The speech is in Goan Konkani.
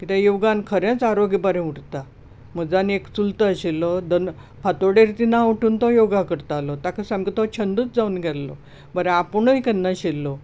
कित्याक योगान खरेंच आरोग्या बरें उरता म्हजो आनी एक चुलतो आशिल्लो दन फातोडेर तिनाक उठून तो योगा करतालो ताका सामको तो छंदूच जावून गेल्लो बरो आपुणूय कर नाशिल्लो